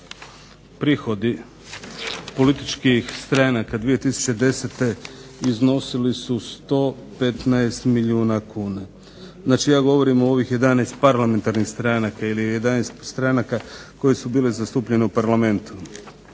prihodi političkih stranaka 2010. Iznosili su 115 milijuna kuna. Znači ja govorim o ovih 11 parlamentarnih stranaka ili 11 stranaka koje su bile zastupljene u Parlamentu.